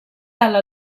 alla